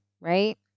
right